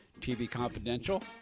tvconfidential